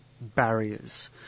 barriers